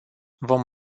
vom